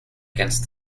against